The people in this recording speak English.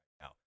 now